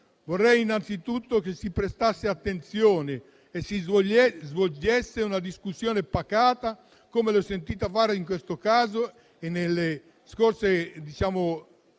Vorrei innanzitutto che si prestasse attenzione e si svolgesse una discussione pacata - come l'ho sentita fare in questo caso e nelle scorse sedute